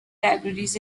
libraries